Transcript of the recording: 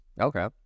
Okay